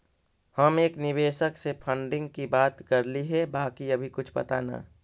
हम एक निवेशक से फंडिंग की बात करली हे बाकी अभी कुछ पता न